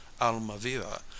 Almaviva